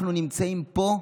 אנחנו נמצאים פה,